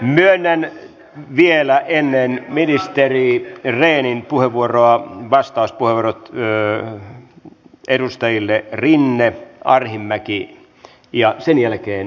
myönnän vielä ennen ministeri rehnin puheenvuoroa vastauspuheenvuorot edustajille rinne arhinmäki ja sen jälkeen ministeri rehn